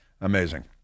Amazing